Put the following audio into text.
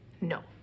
No